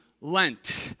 Lent